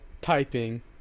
typing